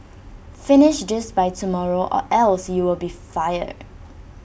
finish this by tomorrow or else you will be fired